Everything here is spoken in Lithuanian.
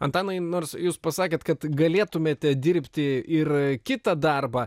antanai nors jūs pasakėt kad galėtumėte dirbti ir kitą darbą